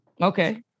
Okay